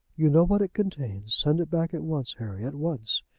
you know what it contains. send it back at once, harry at once.